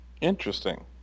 Interesting